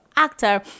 actor